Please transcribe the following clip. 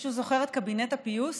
מישהו זוכר את קבינט הפיוס?